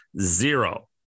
zero